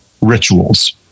rituals